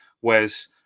whereas